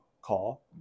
call